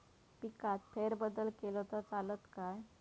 पिकात फेरबदल केलो तर चालत काय?